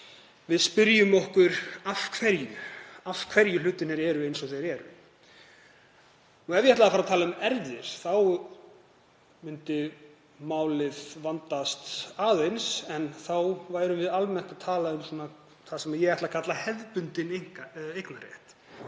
við spyrjum okkur af hverju hlutirnir eru eins og þeir eru. Ef ég ætlaði að fara að tala um erfðir þá myndi málið vandast aðeins en þá værum við almennt að tala um það sem ég ætla að kalla hefðbundinn eignarrétt.